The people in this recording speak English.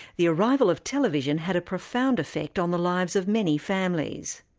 the arrival of television had a profound effect on the lives of many families.